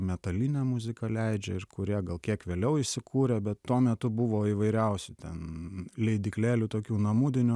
metalinę muziką leidžia ir kurie gal kiek vėliau įsikūrė bet tuo metu buvo įvairiausių ten leidyklėlių tokių namudinių